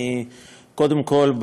קודם כול,